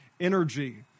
energy